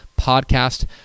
podcast